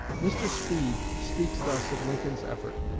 mr. speed speaks thus of lincoln's effort